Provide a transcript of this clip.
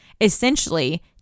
essentially